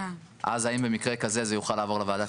האם במקרה כזה זה יעבור לוועדה.